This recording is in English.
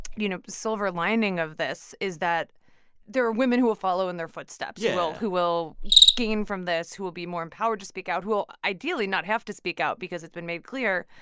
you know, silver lining of this is that there are women who will follow in their footsteps. who will gain from this, who will be more empowered to speak out, who will, ideally, not have to speak out because it's been made clear,